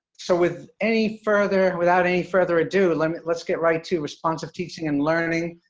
so, with any further, without any further ado, let's let's get right to responsive teaching and learning,